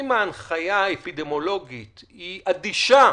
אם ההנחיה האפידמיולוגית היא אדישה